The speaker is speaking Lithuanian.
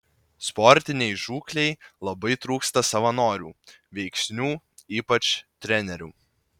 sportinei žūklei labai trūksta savanorių veiksnių ypač trenerių